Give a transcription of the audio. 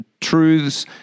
truths